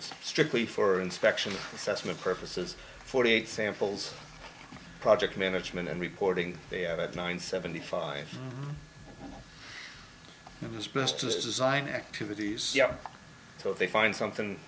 strictly for inspection assessment purposes forty eight samples project management and reporting they had at nine seventy five it was best to sign activities so they find something